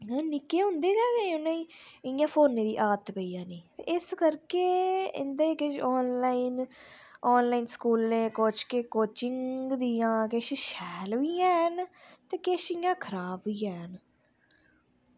ते इंया निक्के होंदे गै उनेंगी फोनै दी जरूरत पेई जंदी ते इस करके इंदे किश ऑनलाइन कोचिंग देआं ऑनलाइन शैल बी हैन ते किश इंया खराब बी हैन